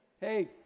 Hey